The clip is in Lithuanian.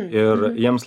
ir jiems